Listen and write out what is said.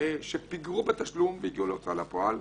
שפיגרו בתשלום והגיעו להוצאה לפועל,